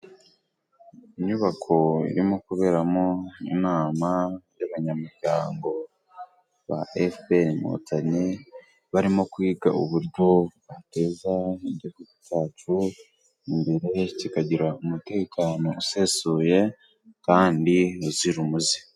Inyubako irimo kuberamo inama y'abanyamuryango ba FPR inkotanyi, barimo kwiga uburyo bateza igihugu cyacu imbere, kikagira umutekano usesuye kandi uzira umuze.